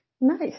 Nice